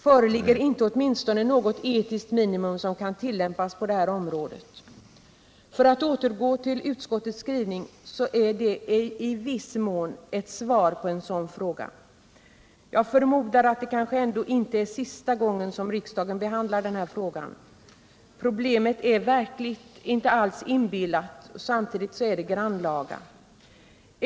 Föreligger åtminstone något etiskt minimum som kan tillämpas på det här området?” För att återgå till utskottets skrivning så är denna i viss mån ett svar på en sådan fråga. Jag förmodar att det ändå inte är sista gången som riksdagen behandlar den här frågan. Problemet är verkligt — inte alls inbillat. Samtidigt är det grannlaga.